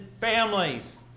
families